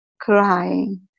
crying